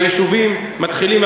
והיישובים מתחילים,